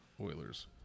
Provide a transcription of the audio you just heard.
Oilers